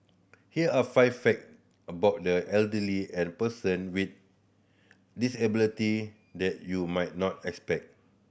here are five fact about the elderly and person with disability that you might not expect